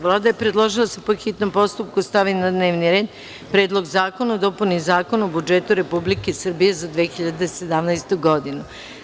Vlada je predložila da se po hitnom postupku stavi na dnevni red – Predlog zakona o dopuni Zakona o budžetu Republike Srbije za 2017. godinu.